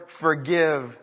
forgive